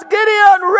Gideon